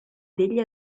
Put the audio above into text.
degli